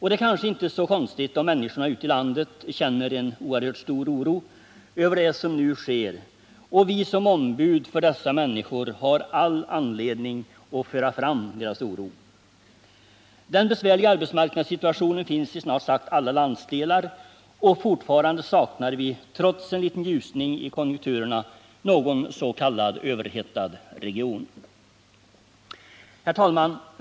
Det är kanske inte så konstigt om människorna ute i landet känner en oerhört stor oro över det som nu sker, och vi som ombud för dessa människor har all anledning att föra fram deras oro. Den besvärliga arbetsmarknadssituationen finns i snart sagt alla landsdelar, och fortfarande saknar vi, trots en liten ljusning i konjunkturerna, någon s.k. överhettad region. Herr talman!